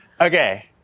Okay